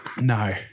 No